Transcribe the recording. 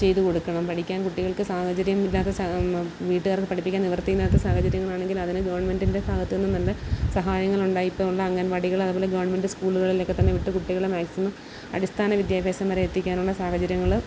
ചെയ്ത് കൊടുക്കണം പഠിക്കാൻ കുട്ടികൾക്ക് സാഹചര്യമില്ലാതെ വീട്ടുകാർക്ക് പഠിപ്പിക്കാൻ നിവൃത്തിയില്ലാത്ത സാഹചര്യങ്ങളാണെങ്കിൽ അതിന് ഗെവൺമെൻറ്റിൻ്റെ ഭാഗത്ത് നിന്ന് തന്നെ സഹായങ്ങളുണ്ടായി ഇപ്പം ഉള്ള അങ്കണവാടികൾ അതുപോലെ ഗെവൺമൻറ്റ് സ്കൂളുകളിലൊക്കെത്തന്നെ വിട്ട് കുട്ടികളെ മാക്സിമം അടിസ്ഥാന വിദ്യാഭ്യാസം വരെ എത്തിക്കാനുള്ള സാഹചര്യങ്ങൾ